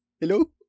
hello